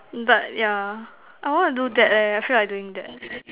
but yeah I wanna do that leh I feel like doing that